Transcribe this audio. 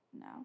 No